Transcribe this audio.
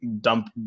dump